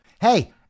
Hey